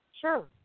Sure